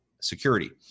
security